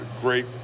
great